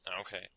Okay